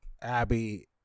Abby